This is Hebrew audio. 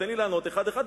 תן לי לענות אחד-אחד,